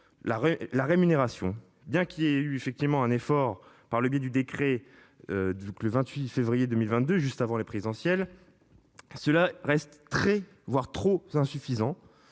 la rémunération. Bien qu'il ait eu effectivement un effort, par le biais du décret. Donc le 28 février 2022, juste avant les présidentielles. Cela reste très voire trop insuffisant.